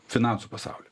finansų pasaulį